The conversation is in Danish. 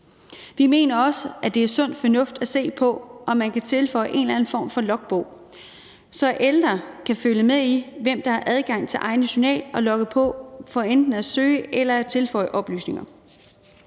Vi mener også, at det er sund fornuft at se på, om man kan tilføje en eller anden form for logbog, så ældre kan følge med i, hvem der har adgang til egen journal og logge på for enten at søge eller at tilføje oplysninger.